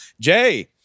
Jay